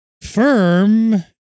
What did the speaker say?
firm